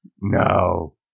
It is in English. no